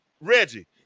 Reggie